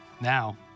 Now